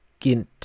Gint